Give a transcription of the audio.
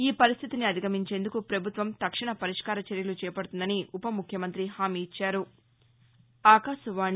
ఈ పరిస్థితిని అధిగమించేందుకు ప్రభుత్వం తక్షణ పరిష్కార చర్యలు చేపడుతుందని ఉపముఖ్యమంతి హామీ ఇచ్చారు